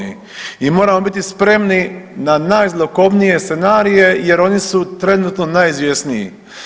I moramo biti spremni na najzlokobnije scenarije jer oni su trenutno najizvjesniji.